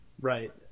right